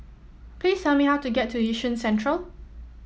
please tell me how to get to Yishun Central